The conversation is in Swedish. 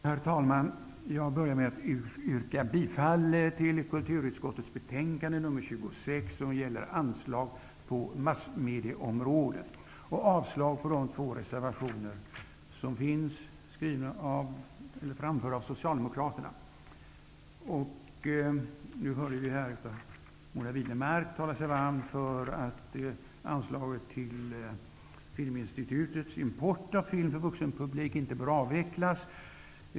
Herr talman! Jag börjar med att yrka bifall till hemställan i kulturutskottets betänkande nr 26 om anslag på massmedieområdet. Jag yrkar avslag på de två reservationerna framförda av Nu hörde vi Monica Widnemark tala sig varm för att anslag till Filminstitutets import av film för vuxenpublik inte bör avvecklas.